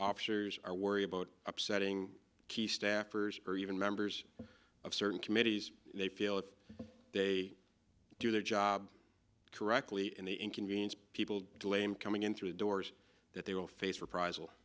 officers are worry about upsetting key staffers or even members of certain committees and they feel if they do their job correctly and the inconvenience people too lame coming in through the doors that they will face